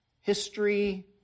history